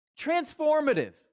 Transformative